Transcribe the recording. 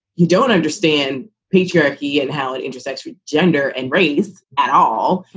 you don't understand patriarchy and how it intersects with gender and race at all.